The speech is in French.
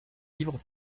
livres